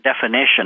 definition